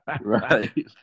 right